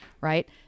right